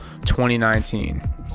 2019